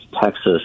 Texas